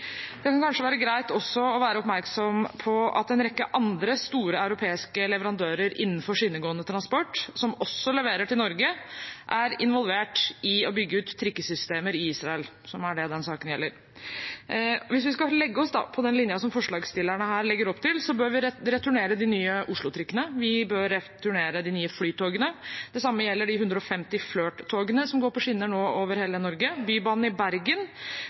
kan kanskje være greit også å være oppmerksom på at en rekke andre store europeiske leverandører innenfor skinnegående transport, som også leverer til Norge, er involvert i å bygge ut trikkesystemer i Israel, som er det denne saken gjelder. Hvis vi skal legge oss på den linjen som forslagsstillerne her legger opp til, bør vi returnere de nye Oslo-trikkene. Vi bør returnere de nye flytogene. Det samme gjelder de 150 Flirt-togene som går på skinner nå over hele Norge, og Bybanen i Bergen.